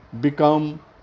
become